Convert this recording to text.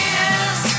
yes